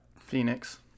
Phoenix